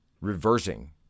reversing